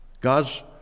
God's